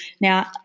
Now